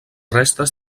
restes